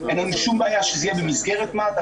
אין לנו שם בעיה שזה יהיה במסגרת מה"ט,